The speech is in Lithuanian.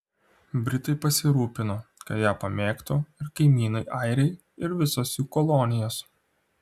britai pasirūpino kad ją pamėgtų ir kaimynai airiai ir visos jų kolonijos